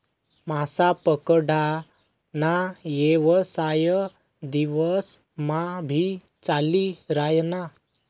मासा पकडा ना येवसाय दिवस मा भी चाली रायना